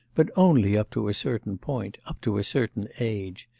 but only up to a certain point, up to a certain age.